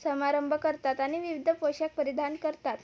समारंभ करतात आणि विविध पोशाख परिधान करतात